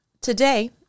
Today